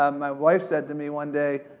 um my wife said to me one day,